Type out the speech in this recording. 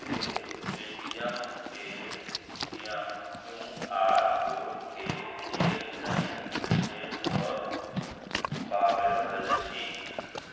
पे TM Q R कोडकेँ किएक नहि स्कैन कऽ पाबि रहल छै